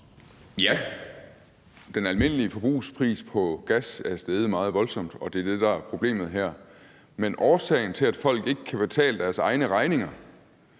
Ja, den almindelige forbrugspris på gas er steget meget voldsomt, og det er det, der er problemet her. Men årsagen til, at folk ikke kan betale deres egne regninger,